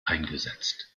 eingesetzt